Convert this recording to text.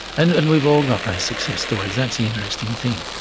and and we've all got those success stories, that's the interesting thing.